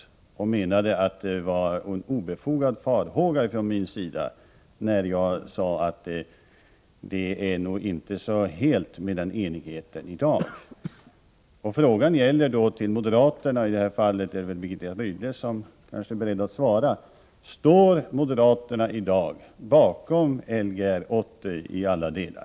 Hon menade att det var en obefogad farhåga som jag gav uttryck för när jag sade att det nog inte är så helt med den enigheten i dag. Frågan ställs till moderaterna, och i det här fallet är det kanske Birgitta Rydle som är beredd att svara. Står moderaterna i dag bakom Ler 80 i alla delar?